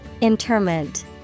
Interment